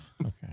Okay